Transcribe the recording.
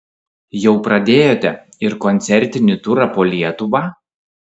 jau pradėjote ir koncertinį turą po lietuvą